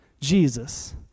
Jesus